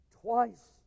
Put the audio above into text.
Twice